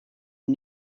and